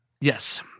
Yes